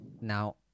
Now